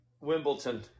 Wimbledon